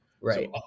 Right